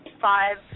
five